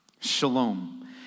Shalom